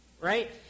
Right